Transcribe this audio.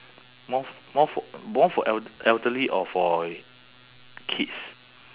more f~ more for more for el~ elderly or for kids